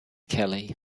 kelly